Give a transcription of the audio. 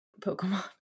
Pokemon